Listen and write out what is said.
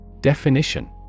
Definition